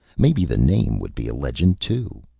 maybe the name would be a legend, too.